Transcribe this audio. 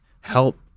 help